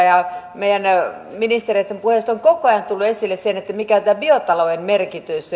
ja meidän ministereitten puheista on koko ajan tullut esille se mikä tämän biotalouden merkitys